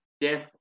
death